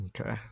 Okay